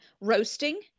roasting